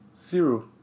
Zero